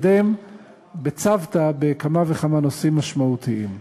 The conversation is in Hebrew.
בכמה וכמה נושאים משמעותיים.